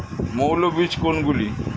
মৌল বীজ কোনগুলি?